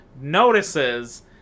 notices